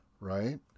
right